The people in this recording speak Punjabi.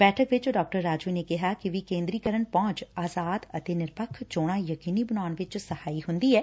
ਬੈਠਕ ਚ ਡਾ ਰਾਜੁ ਨੇ ਕਿਹਾ ਕਿ ਕੇਂਦਰੀ ਕਰਨ ਪਹੁੰਚ ਆਜ਼ਾਦ ਅਤੇ ਨਿਰਪੱਖ ਚੋਣਾਂ ਯਕੀਨੀ ਬਣਾਉਣ ਵਿਚ ਸਹਾਈ ਹੁੰਦੀ ਐ